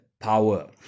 power